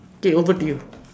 okay over to you